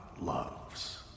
loves